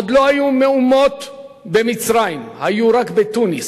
עוד לא היו מהומות במצרים, היו רק בתוניס.